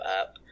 up